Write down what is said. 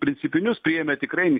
principinius priėmė tikrai